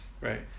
Right